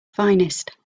finest